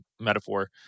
metaphor